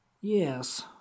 yes